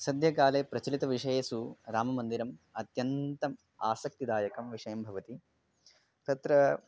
सद्यःकाले प्रचलित विषयेषु राममन्दिरम् अत्यन्तम् आसक्तिदायकं विषयं भवति तत्र